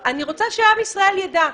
אני רוצה שעם ישראל יידע.